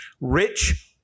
Rich